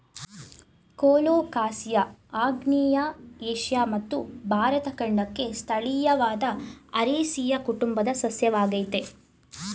colocasia ಆಗ್ನೇಯ Asia ಮತ್ತು ಭಾರತ ಖಂಡಕ್ಕೆ ಸ್ಥಳೀಯವಾದ ಅರೇಸಿಯ ಕುಟುಂಬದ ಸಸ್ಯವಾಗಯ್ತೆ